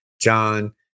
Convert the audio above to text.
John